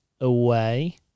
away